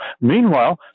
Meanwhile